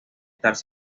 estar